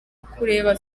kureba